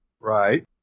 Right